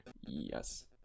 yes